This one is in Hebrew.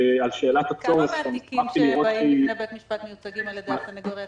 כמה מהתיקים שבאים לבית המשפט מיוצגים על-ידי הסניגוריה ציבורית?